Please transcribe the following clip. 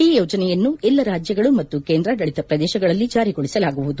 ಈ ಯೋಜನೆಯನ್ನು ಎಲ್ಲ ರಾಜ್ಗಳು ಮತ್ತು ಕೇಂದ್ರಾಡಳಿತ ಪ್ರದೇಶಗಳಲ್ಲಿ ಜಾರಿಗೊಳಿಸಲಾಗುವುದು